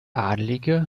adlige